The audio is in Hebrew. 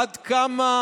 עד כמה